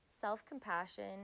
self-compassion